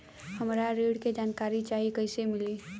हमरा ऋण के जानकारी चाही कइसे मिली?